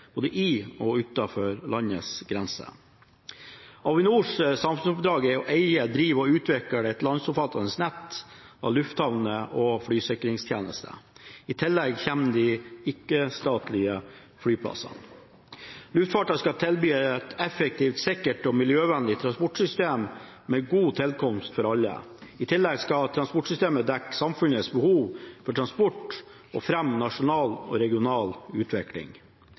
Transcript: både i og utenfor landets grenser. Avinors samfunnsoppdrag er å eie, drive og utvikle et landsomfattende nett av lufthavner og flysikringstjenester. I tillegg kommer de ikke-statlige flyplassene. Luftfarten skal tilby et effektivt, sikkert og miljøvennlig transportsystem med god tilkomst for alle. I tillegg skal transportsystemet dekke samfunnets behov for transport og fremme nasjonal og regional utvikling.